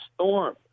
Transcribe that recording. storm